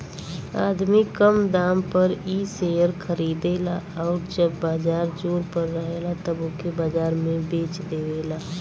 आदमी कम दाम पर इ शेअर खरीदेला आउर जब बाजार जोर पर रहेला तब ओके बाजार में बेच देवेला